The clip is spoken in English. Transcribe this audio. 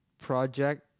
project